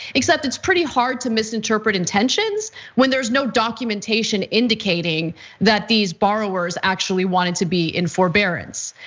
except it's pretty hard to misinterpret intentions when there's no documentation indicating that these borrowers actually wanted to be in forbearance.